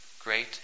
great